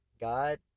God